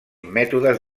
mètodes